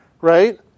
right